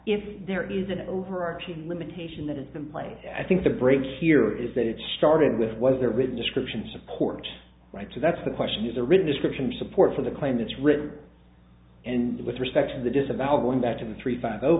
if there is an overarching limitation that is the place i think the break here is that it started with was there written description support right so that's the question is the written description of support for the claim it's written and with respect to the disavow going back to the three five